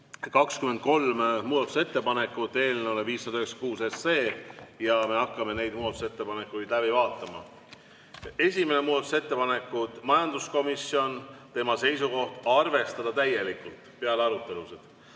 23 muudatusettepanekut eelnõu 596 kohta ja me hakkame neid muudatusettepanekuid läbi vaatama. Esimene muudatusettepanek, majanduskomisjon, tema seisukoht: arvestada täielikult, peale arutelusid.